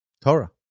Torah